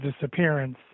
disappearance